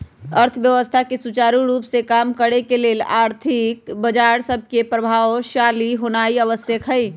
अर्थव्यवस्था के सुचारू रूप से काम करे के लेल आर्थिक बजार सभके प्रभावशाली होनाइ आवश्यक हइ